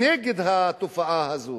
משהו נגד התופעה הזאת.